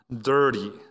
dirty